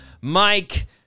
Mike